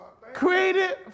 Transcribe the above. created